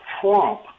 Trump